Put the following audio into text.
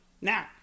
Now